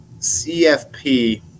CFP